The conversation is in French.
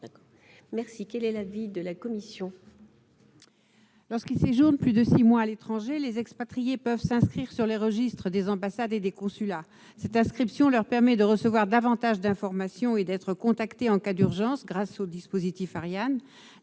fermé. Quel est l'avis de la commission ?